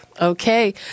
Okay